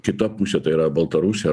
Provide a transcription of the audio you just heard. kita pusė tai yra baltarusija